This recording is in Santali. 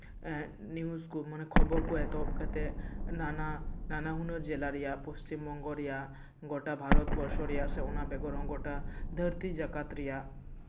ᱱᱤᱭᱩᱥ ᱠᱚ ᱢᱟᱱᱮ ᱠᱷᱚᱵᱚᱨ ᱠᱚ ᱮᱛᱚᱦᱚᱵ ᱠᱟᱛᱮᱜ ᱱᱟᱱᱟ ᱱᱟᱱᱟᱦᱩᱱᱟᱹᱨ ᱡᱮᱞᱟ ᱨᱮᱭᱟᱜ ᱯᱚᱥᱪᱤᱢᱵᱚᱝᱜᱚ ᱨᱮᱭᱟᱜ ᱜᱚᱴᱟ ᱵᱷᱟᱨᱚᱛ ᱵᱚᱨᱥᱚ ᱨᱮᱭᱟᱜ ᱥᱮ ᱚᱱᱟ ᱵᱮᱜᱚᱨ ᱦᱚᱸ ᱜᱚᱴᱟ ᱫᱷᱟᱹᱨᱛᱤ ᱡᱟᱠᱟᱛ ᱨᱮᱭᱟᱜ